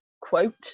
quote